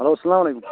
hello سلام علیکُم